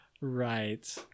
Right